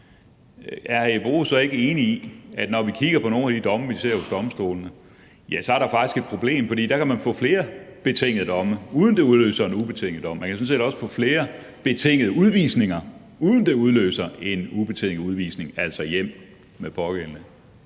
Bruus så ikke enig i, at vi, når vi kigger på nogle af de domme, vi ser hos domstolene, kan se, at der faktisk er et problem, fordi man dér kan få flere betingede domme, uden at det udløser en ubetinget dom? Man kan sådan set også få flere betingede udvisninger, uden at det udløser en ubetinget udvisning, som altså betyder hjem med den pågældende.